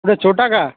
अरं छोटा का